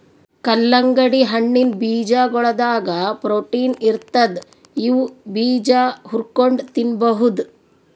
ಕಲ್ಲಂಗಡಿ ಹಣ್ಣಿನ್ ಬೀಜಾಗೋಳದಾಗ ಪ್ರೊಟೀನ್ ಇರ್ತದ್ ಇವ್ ಬೀಜಾ ಹುರ್ಕೊಂಡ್ ತಿನ್ಬಹುದ್